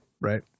Right